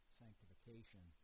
sanctification